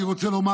אני רוצה לומר,